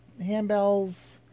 handbells